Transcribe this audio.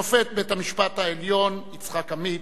שופט בית-המשפט העליון יצחק עמית,